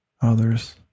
others